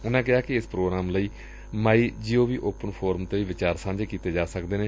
ਉਨੁਾਂ ਕਿਹਾ ਕਿ ਏਸ ਪੋਗਰਾਮ ਲਈ MyGov open forum ਤੇ ਵੀ ਵਿਚਾਰ ਸਾਂਝੇ ਕੀਤੇ ਜਾ ਸਕਦੇ ਨੇ